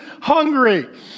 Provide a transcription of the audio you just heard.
hungry